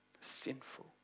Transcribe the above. Sinful